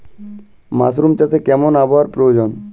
Mushroom চাষে কেমন আবহাওয়ার প্রয়োজন?